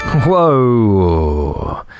Whoa